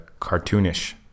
cartoonish